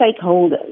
stakeholders